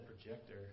projector